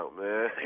man